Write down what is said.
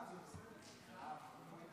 ההצעה להעביר את הצעת חוק ההתייעלות הכלכלית